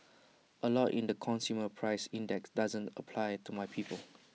A lot in the consumer price index doesn't apply to my people